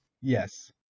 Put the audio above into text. Yes